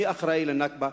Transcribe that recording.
מי האחראי ל"נכבה"?